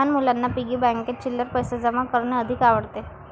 लहान मुलांना पिग्गी बँकेत चिल्लर पैशे जमा करणे अधिक आवडते